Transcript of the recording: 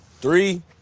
Three